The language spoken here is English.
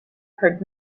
heard